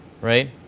right